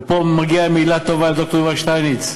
ופה מגיעה מילה טובה לד"ר יובל שטייניץ,